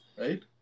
Right